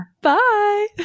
bye